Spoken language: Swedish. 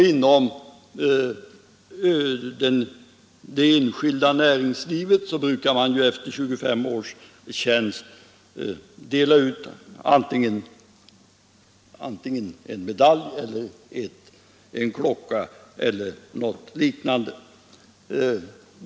Inom det enskilda näringslivet brukar man efter 25 års tjänst dela ut antingen en medalj eller en klocka — eller något liknande.